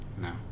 No